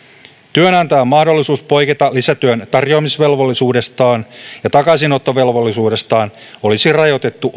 työnantajan mahdollisuus poiketa lisätyön tarjoamisvelvollisuudestaan ja takaisinottovelvollisuudestaan olisi rajoitettu